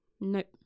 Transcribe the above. Nope